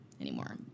anymore